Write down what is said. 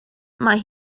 mae